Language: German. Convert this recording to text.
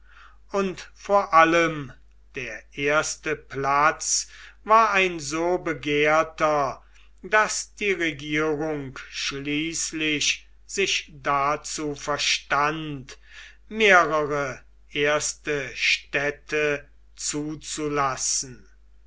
und vor allem der erste platz war ein so begehrter daß die regierung schließlich sich dazu verstand mehrere erste städte zuzulassen